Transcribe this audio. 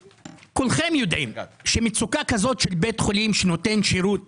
כולכם יודעים שמצוקה כזאת של בית חולים שנותן שירות